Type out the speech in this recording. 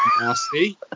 nasty